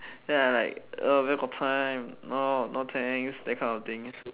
then I like oh where got time no no thanks that kind of thing